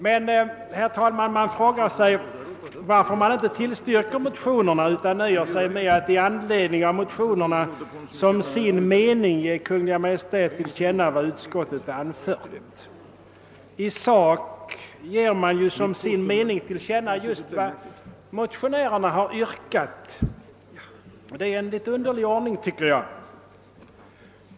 Men man frågar sig varför utskottet inte tillstyrker motionerna utan nöjer sig med att yrka att riksdagen med anledning av motionerna som sin mening skall ge Kungl. Maj:t till känna vad utskottet anfört. I sak ger ju utskottet som sin mening till känna just vad motionärerna har yrkat. Detta är en något underlig ordning, tycker jag.